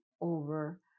over